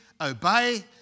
obey